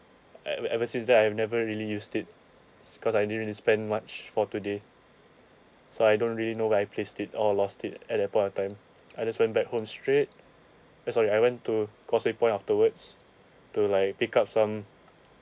ever ever since that I never really used it cause I didn't really spend much for today so I don't really know where I placed it or lost it at that point of time I just went back home straight eh sorry I went to causeway point afterwards to like pick up some